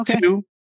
Two